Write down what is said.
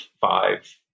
five